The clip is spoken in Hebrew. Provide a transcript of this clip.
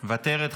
מוותרת.